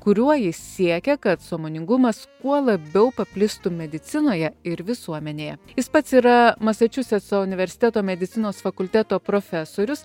kuriuo jis siekia kad sąmoningumas kuo labiau paplistų medicinoje ir visuomenėje jis pats yra masačusetso universiteto medicinos fakulteto profesorius